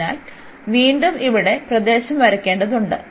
അതിനാൽ വീണ്ടും ഇവിടെ പ്രദേശം വരയ്ക്കേണ്ടതുണ്ട്